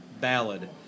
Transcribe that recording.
ballad